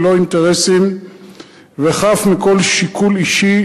ללא אינטרסים וחף מכל שיקול אישי,